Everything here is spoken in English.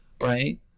Right